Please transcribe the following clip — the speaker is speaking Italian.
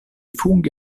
funghi